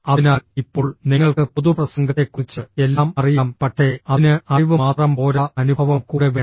അതിനാൽ ഇപ്പോൾ നിങ്ങൾക്ക് പൊതുപ്രസംഗത്തെക്കുറിച്ച് എല്ലാം അറിയാം പക്ഷേ അതിന് അറിവ് മാത്രം പോരാ അനുഭവം കൂടെ വേണം